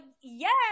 yes